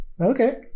Okay